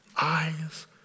eyes